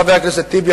חבר הכנסת טיבי,